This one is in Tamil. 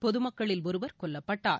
பொதுமக்களில் ஒருவர் கொல்லப்பட்டார்